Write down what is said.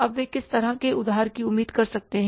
अब वे किस तरह के उधार की उम्मीद कर सकते हैं